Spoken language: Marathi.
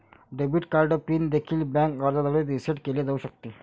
डेबिट कार्ड पिन देखील बँक अर्जाद्वारे रीसेट केले जाऊ शकते